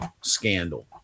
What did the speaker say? scandal